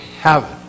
heaven